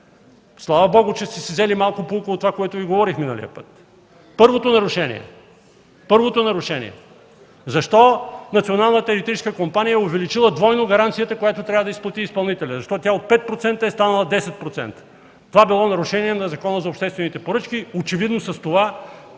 Слава Богу, че сте си взели малко поука от това, което Ви говорих миналия път. Първото нарушение – защо Националната електрическа компания е увеличила двойно гаранцията, която трябва да изплати изпълнителят? Защо тя от 5% е станала 10%? Това било нарушение на Закона за обществените поръчки. Очевидно с това,